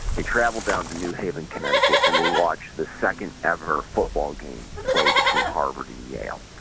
they travel down to new haven, connecticut and they watch the second ever football game played between harvard and yale.